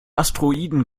asteroiden